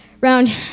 round